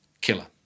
killer